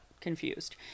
confused